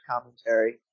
commentary